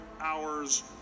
hours